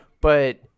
But-